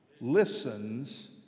listens